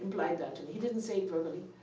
implied that to me. he didn't say it verbally,